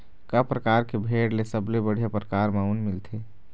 का परकार के भेड़ ले सबले बढ़िया परकार म ऊन मिलथे?